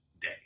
day